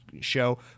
show